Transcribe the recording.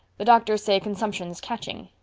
the doctors say consumption's catching.